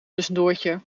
tussendoortje